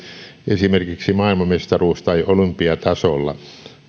esimerkiksi maailmanmestaruus tai olympiatasolla